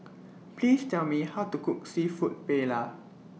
Please Tell Me How to Cook Seafood Paella